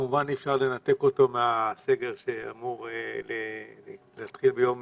כמובן אי אפשר לנתק אותו מהסגר שאמור להתחיל ביום